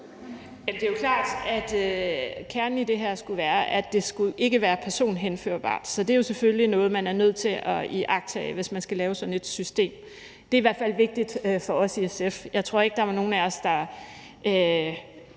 Det er jo klart, at kernen i det her skulle være, at det ikke skulle være personhenførbart. Så det er selvfølgelig noget, man er nødt til at iagttage, hvis man skal lave sådan et system. Det er i hvert fald vigtigt for os i SF. Jeg tror ikke, der var nogen af os, der